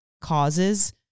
causes